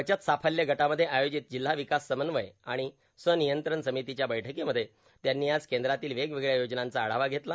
बचत साफल्य भवनमध्ये आयोजित जिल्हा विकास समन्वय आणि संनियंत्रण समितीच्या बैठकीमध्ये त्यांनी आज केंद्रातील वेगवेगळ्या योजनांचा आढावा घेतला